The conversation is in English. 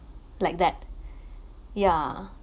like that yeah